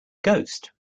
ghost